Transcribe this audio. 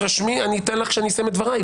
תירשמי ואני אתן לך לשאול כשאני אסיים את דבריי.